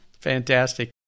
Fantastic